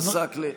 הכנסת עסאקלה,